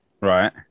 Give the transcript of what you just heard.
Right